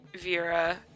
Vera